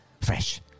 Fresh